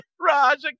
Raja